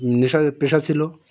নেশা পেশা ছিল